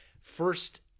first